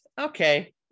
okay